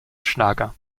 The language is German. schlager